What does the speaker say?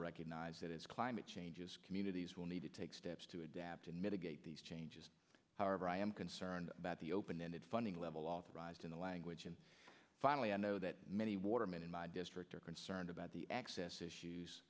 recognize that as climate changes communities will need to take steps to adapt and mitigate these changes however i am concerned about the open ended funding level authorized in the language and finally i know that many watermen in my district are concerned about the access issues